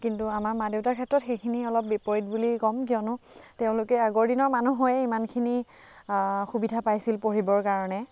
কিন্তু আমাৰ মা দেউতাৰ ক্ষেত্ৰত সেইখিনি অলপ বিপৰীত বুলি ক'ম কিয়নো তেওঁলোকে আগৰ দিনৰ মানুহ হৈয়ে ইমানখিনি সুবিধা পাইছিল পঢ়িবৰ কাৰণে